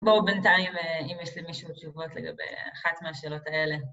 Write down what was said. בואו בינתיים אם יש למישהו תשובות לגבי אחת מהשאלות האלה.